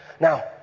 Now